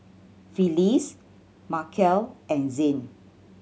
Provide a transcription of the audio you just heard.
Phyllis Markel and Zane